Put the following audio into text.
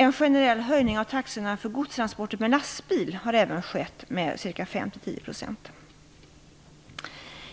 En generell höjning av taxorna för godstransporter med lastbil har även skett med ca 5 10 %.